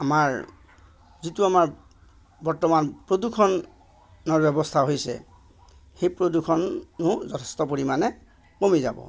আমাৰ যিটো আমাৰ বৰ্তমান প্ৰদূষণৰ ব্য়ৱস্থা হৈছে সেই প্ৰদূষণো যথেষ্ট পৰিমাণে কমি যাব